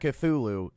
Cthulhu